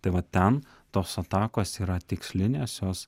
tai va ten tos atakos yra tikslinės jos